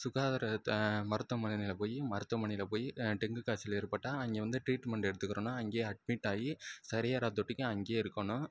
சுகாதார த மருத்துவமனையில் போய் மருத்துவமனையில் போய் டெங்கு காய்ச்சல் ஏற்பட்டால் அங்கே வந்து டிரீட்மென்ட் எடுத்துக்கிறோனா அங்கேயே அட்மிட் ஆகி சரியாகிற தொட்டிக்கும் அங்கேயே இருக்கணும்